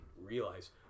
realize